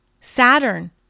Saturn